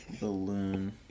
balloon